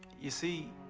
you see,